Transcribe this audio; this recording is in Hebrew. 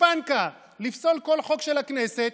וגושפנקה לפסול כל חוק של הכנסת.